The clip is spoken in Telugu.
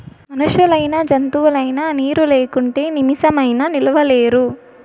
మనుషులైనా జంతువులైనా నీరు లేకుంటే నిమిసమైనా నిలువలేరు